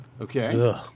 Okay